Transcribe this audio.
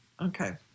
okay